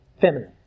feminine